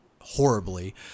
horribly